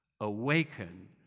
Awaken